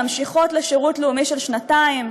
ממשיכות לשירות לאומי של שנתיים.